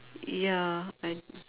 ya I